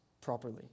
properly